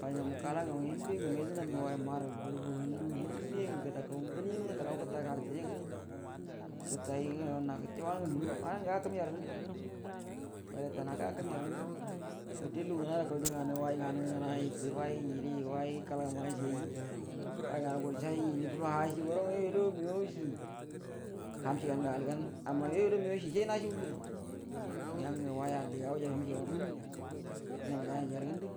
Way ngamu hiembe ngamu yedənami, way mahar buru burundum hiembe ngə gəda kau ndielina ngwə gəkə gərə təre gətay ngwə wanə ngə gəga kəmja rə ngəndu balle tana gəga kəmja rə ngandu wute lugu nada kau way nganu wute lugu nada kau way nganu dien ganə njilie way kalgəmacieyyu, way nganə gurəcəay njilie fuloha cie məgəaw cie ham ciegan gə aligan, amma yuo yu guəro maeagaucie sai yaciebu lugu, ngə ngə way alli wujay hum cəaga nhemja, nəyal gayenja rə ngəndu,